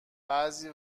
بعضی